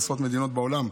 עשרות מדינות בעולם,